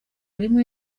rimwe